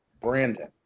Brandon